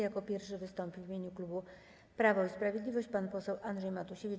Jako pierwszy wystąpi w imieniu klubu Prawo i Sprawiedliwość pan poseł Andrzej Matusiewicz.